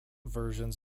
versions